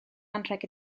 anrheg